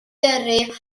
gyrru